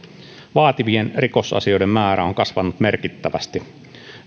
vaativien rikosasioiden määrä on kasvanut merkittävästi